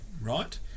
Right